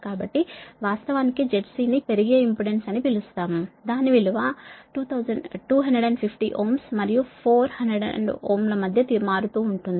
కాబట్టి వాస్తవానికి ZC ని పెరిగే ఇంపెడెన్స్ఇంఫిడెన్స్ అని పిలుస్తాము దాని విలువ 250Ω మరియు 400Ω ల మధ్య మారుతూ ఉంటుంది